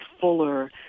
fuller